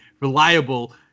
reliable